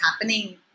happening